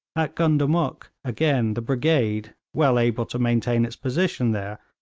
at gundamuk, again, the brigade, well able to maintain its position there,